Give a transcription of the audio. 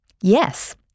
Yes